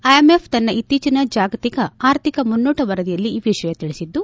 IMF ತನ್ನ ಇತ್ತೀಚಿನ ಜಾಗತಿಕ ಆರ್ಥಿಕ ಮುನ್ನೋಟ ವರದಿಯಲ್ಲಿ ಈ ವಿಷಯ ತಿಳಿಸಿದ್ದು